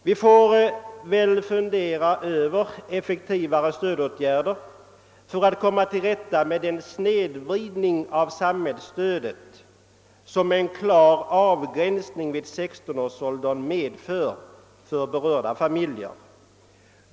Vi får väl fundera över effektivare stödåtgärder för att komma till rätta med den snedvridning av samhällsstödet som en klar avgränsning därav vid 16-årsåldern medför för berörda familjer.